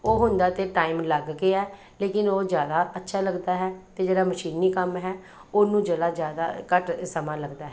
ਉਹ ਹੁੰਦਾ ਤਾਂ ਟਾਈਮ ਲੱਗ ਗਿਆ ਲੇਕਿਨ ਉਹ ਜ਼ਿਆਦਾ ਅੱਛਾ ਲੱਗਦਾ ਹੈ ਅਤੇ ਜਿਹੜਾ ਮਸ਼ੀਨੀ ਕੰਮ ਹੈ ਉਹਨੂੰ ਜਿਹੜਾ ਜ਼ਿਆਦਾ ਘੱਟ ਸਮਾਂ ਲੱਗਦਾ ਹੈ